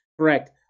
Correct